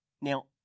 Now